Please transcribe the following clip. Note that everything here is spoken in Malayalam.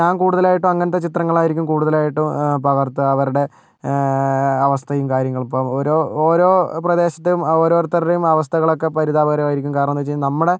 ഞാൻ കൂടുതലായിട്ടും അങ്ങനത്തെ ചിത്രങ്ങളായിരിക്കും കൂടുതലായിട്ടും പകർത്തുക അവരുടെ അവസ്ഥയും കാര്യങ്ങളും ഇപ്പോൾ ഓരോ ഓരോ പ്രദേശത്തെയും ഓരോരുത്തരുടെയും അവസ്ഥകളൊക്കെ പരിതാപകരമായിരിക്കും കാരണമെന്ന് വെച്ചു കഴിഞ്ഞാൽ നമ്മുടെ